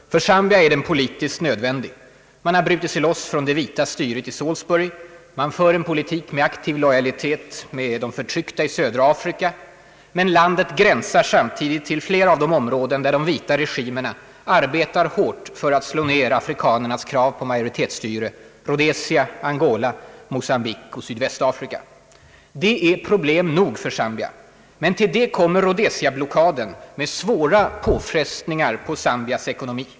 För Zambia är den politiskt nödvändig. Man har brutit sig loss från det vita styret i Salisbury. Man för en politik med aktiv lojalitet med de förtryckta i södra Afrika. Men landet gränsar samtidigt till flera av de områden där de vita regimerna arbetar hårt för att slå ner afrikanernas krav på majoritetsstyre — Rhodesia, Angola, Mocambique och Sydafrika. Detta är problem nog för Zambia. Men därtill kommer rhodesiablockaden med svåra påfrestningar på Zambias ekonomi.